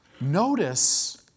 Notice